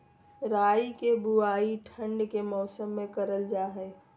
राई के बुवाई ठण्ड के मौसम में करल जा हइ